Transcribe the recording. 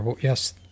Yes